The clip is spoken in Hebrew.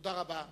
תודה רבה.